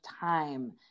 time